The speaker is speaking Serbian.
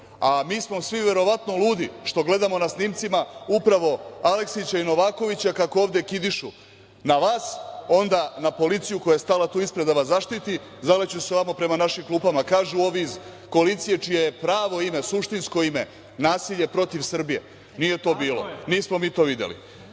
Mi smo svi verovatno ludi što gledamo na snimcima upravo Aleksića i Novakovića kako ovde kidišu na vas, onda na policiju koja je stala tu ispred da vas zaštiti, zaleću se ovamo prema našim klupama. Kažu ovi iz koalicije čije je pravo ime, suštinsko ime "Nasilje protiv Srbije" - nije to bilo, nismo mi to videli.